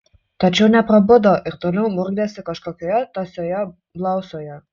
tačiau neprabudo ir toliau murkdėsi kažkokioje tąsioje blausoje